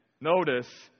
Notice